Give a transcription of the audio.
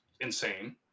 insane